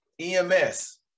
EMS